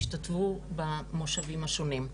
השתתפו במושבים השונים.